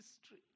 history